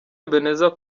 ebenezer